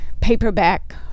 paperback